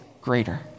greater